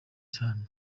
cyane